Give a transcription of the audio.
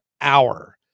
hour